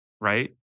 right